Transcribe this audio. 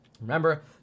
Remember